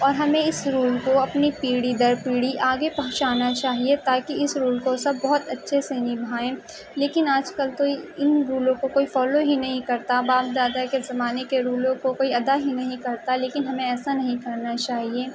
اور ہمیں اس رول کو اپنی پیڑھی در پیڑھی آگے پہنچانا چاہیے تاکہ اس رول کو سب بہت اچّھے سے نبھائیں لیکن آج کل تو ان رولوں کو کوئی فالو ہی نہیں کرتا باپ دادا کے زمانے کے رولوں کو کوئی ادا ہی نہیں کرتا لیکن ہمیں ایسا نہیں کرنا چاہیے